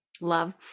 love